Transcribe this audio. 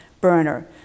burner